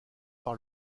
par